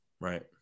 right